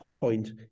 point